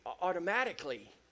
automatically